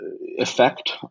effect